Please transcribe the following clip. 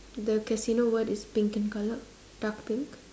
the casino word is pink in colour dark pink